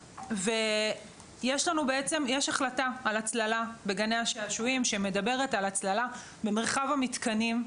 יש החלטה על הצללה בגני השעשועים שמדברת על הצללה במרחב המתקנים.